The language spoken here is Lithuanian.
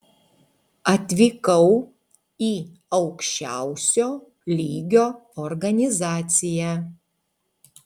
atvykau į aukščiausio lygio organizaciją